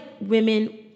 women